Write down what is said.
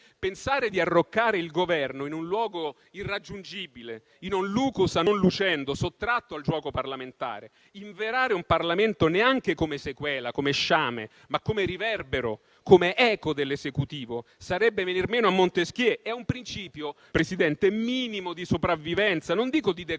Pensare di arroccare il Governo in un luogo irraggiungibile, in un *lucus a non lucendo* sottratto al giuoco parlamentare, inverare un Parlamento neanche come sequela, come sciame, ma come riverbero, come eco dell'Esecutivo, sarebbe venir meno a Montesquieu, è un principio, signor Presidente, minimo di sopravvivenza, non dico di decoro